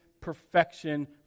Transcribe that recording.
perfection